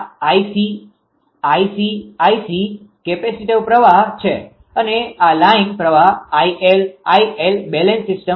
તેથી આ 𝐼𝐶 𝐼𝐶 𝐼𝐶 કેપેસિટીવ પ્રવાહ છે અને આ લાઇન પ્રવાહ 𝐼𝐿 𝐼𝐿 બેલેન્સ સિસ્ટમ છે